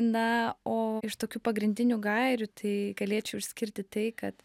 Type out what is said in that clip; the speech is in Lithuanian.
na o iš tokių pagrindinių gairių tai galėčiau išskirti tai kad